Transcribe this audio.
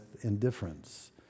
indifference